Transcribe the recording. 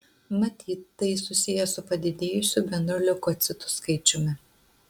matyt tai susiję su padidėjusiu bendru leukocitų skaičiumi